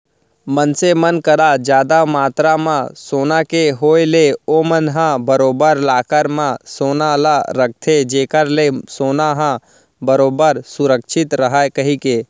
मनसे मन करा जादा मातरा म सोना के होय ले ओमन ह बरोबर लॉकर म सोना ल रखथे जेखर ले सोना ह बरोबर सुरक्छित रहय कहिके